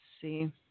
see